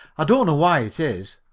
i don't know why it is,